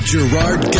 Gerard